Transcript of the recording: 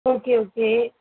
okay okay